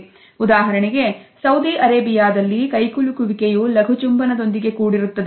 ಉದಾಹರಣೆಗೆ ಸೌದಿ ಅರೇಬಿಯಾದಲ್ಲಿ ಕೈಕುಲುಕುವಿಕೆಯು ಲಘು ಚುಂಬನದೊಂದಿಗೆ ಕೂಡಿರುತ್ತದೆ